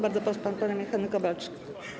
Bardzo proszę, pan premier Henryk Kowalczyk.